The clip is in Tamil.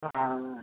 ஆ ஆ